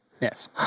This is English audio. Yes